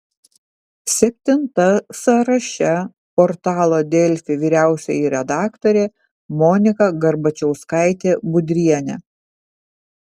septinta sąraše portalo delfi vyriausioji redaktorė monika garbačiauskaitė budrienė